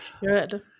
Good